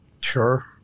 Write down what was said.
Sure